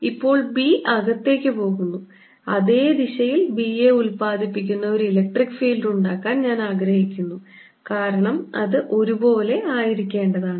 ഇപ്പോൾ B അകത്തേക്ക് പോകുന്നു അതേ ദിശയിൽ B യെ ഉൽപാദിപ്പിക്കുന്ന ഒരു ഇലക്ട്രിക് ഫീൽഡ് ഉണ്ടാക്കാൻ ഞാൻ ആഗ്രഹിക്കുന്നു കാരണം അത് ഒരുപോലെ ആയിരിക്കേണ്ടതാണ്